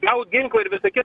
gal ginklai ir visa kita